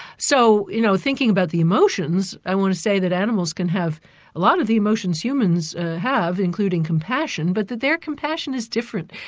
so you know thinking about the emotions, i want to say that animals can have a lot of the emotions humans have, including compassion, but that their compassion is different.